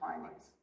findings